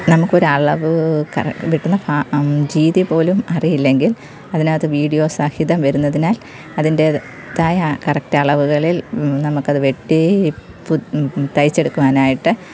നമുക്കൊരളവ് കിട്ടുന്ന രീതി പോലും അറിയില്ലെങ്കിൽ അതിനകത്ത് വീഡിയൊ സഹിതം വരുന്നതിനാൽ അതിൻ്റെതായ കറക്റ്റളവ്കളിൽ നമുക്കത് വെട്ടി തയ്ച്ചെടുക്കുവാനായിട്ട്